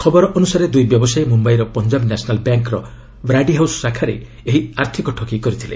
ଖବର ଅନୁସାରେ ଦୁଇ ବ୍ୟବସାୟୀ ମୁମ୍ବାଇର Punjab National Bank Brady House ଶାଖାରେ ଏହି ଆର୍ଥକ ଠକେଇ କରିଥିଲେ